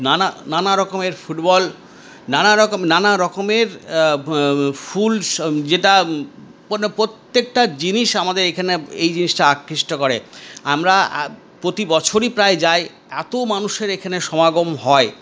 নানা নানা রকমের ফুটবল নানা রকম নানা রকমের ফুল যেটা কোনো প্রত্যেকটা জিনিস আমাদের এখানে এই জিনিসটা আকৃষ্ট করে আমরা প্রতিবছরই প্রায় যাই এত মানুষের এখানে সমাগম হয়